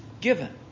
given